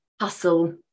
hustle